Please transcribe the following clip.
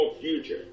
future